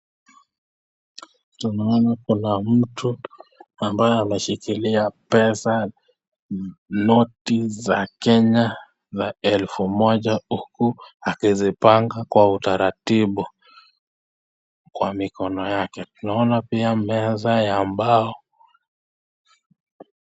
Tunaona kuna mtu ambaye ameshikilia pesa, noti za Kenya za elfu moja, huku akizipanga kwa utaratibu kwa mikono yake. Tunaona pia meza ya mbao.